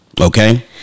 Okay